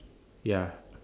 ya